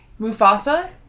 Mufasa